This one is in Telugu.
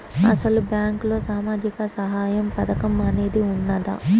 అసలు బ్యాంక్లో సామాజిక సహాయం పథకం అనేది వున్నదా?